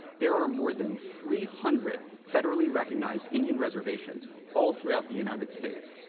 there are more than three hundred federally-recognized indian reservations all throughout the united states.